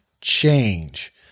change